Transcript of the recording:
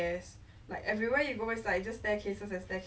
how was it there I I wish to go one day lah